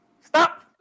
Stop